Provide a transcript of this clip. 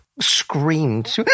screamed